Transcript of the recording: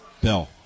Bill